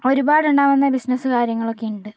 ഒരുപാടുണ്ടാവുന്ന business കാര്യങ്ങളൊക്കെയുണ്ട്